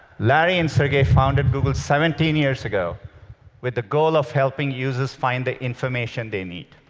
larry and sergey founded google seventeen years ago with the goal of helping users find the information they need.